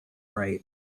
right